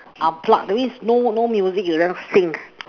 unplugged that means no no music you just sing